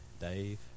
Dave